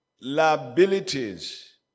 Liabilities